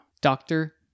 Doctor